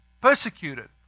persecuted